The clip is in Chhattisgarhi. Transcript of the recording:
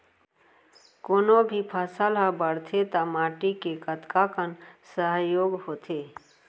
कोनो भी फसल हा बड़थे ता माटी के कतका कन सहयोग होथे?